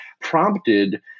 prompted